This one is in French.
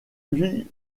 lui